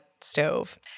stove